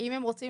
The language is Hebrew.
אם הם רוצים,